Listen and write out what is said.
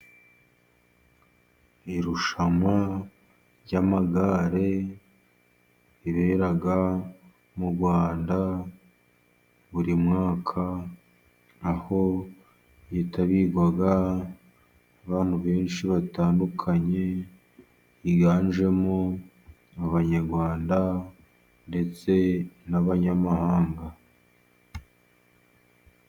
Irushanwa ry'amagare ribera mu Rwanda buri mwaka, aho ryitabirwa n'abantu benshi batandukanye higanjemo Abanyarwanda ndetse n'Abanyamahanga.